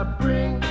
bring